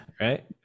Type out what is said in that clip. right